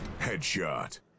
Headshot